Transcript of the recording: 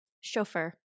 chauffeur